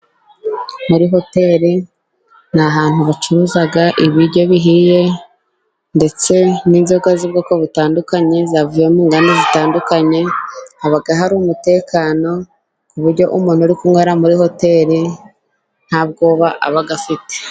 Muri hoteri ni ahantu bacuruza ibiryo bihiye ndetse n'inzoga z'ubwoko butandukanye, zavuye mu nganda zitandukanye. Haba hari umutekano, ku buryo umuntu uri kunwera muri hoteli nta bwoba aba afite.